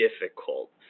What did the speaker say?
difficult